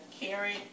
carrot